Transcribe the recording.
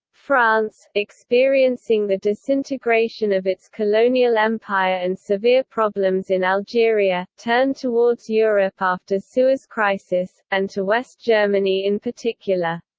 france, experiencing the disintegration of its colonial empire and severe problems in algeria, turned towards europe after suez crisis, and to west germany in particular.